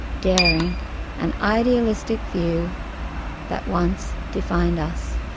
daring and idealistic view that once defined us.